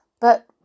But